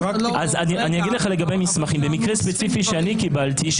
דוגמה של מקרה ספציפי שאני קיבלתי,